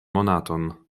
monaton